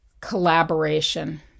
collaboration